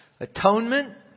atonement